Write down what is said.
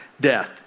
death